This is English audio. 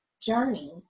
journey